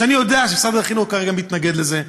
שאני יודע שמשרד החינוך כרגע מתנגד לזה.